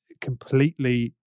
completely